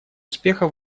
успеха